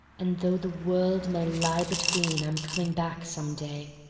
and though the world may lie between, i'm coming back some day.